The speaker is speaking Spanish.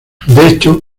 hecho